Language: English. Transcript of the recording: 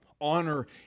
honor